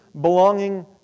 belonging